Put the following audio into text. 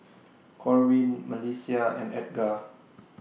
Corwin Melissia and Edgar